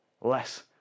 less